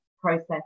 process